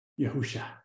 Yahusha